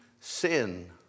sin